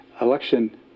Election